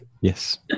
Yes